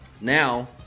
Now